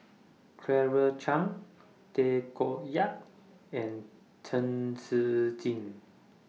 Claire Chiang Tay Koh Yat and Chen Shiji